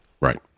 right